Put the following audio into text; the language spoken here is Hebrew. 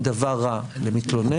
הם דבר רע למתלונן,